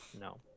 No